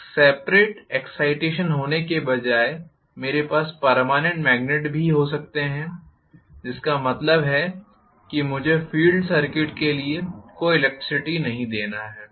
एक separate excitation होने के बजाय मेरे पास पर्मानेंट मेग्नेट भी हो सकते हैं जिसका मतलब है कि मुझे फील्ड सर्किट के लिए कोई इलेक्ट्रिसिटी नहीं देना है